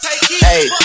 Hey